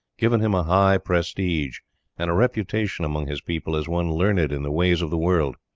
given him a high prestige and reputation among his people as one learned in the ways of the world.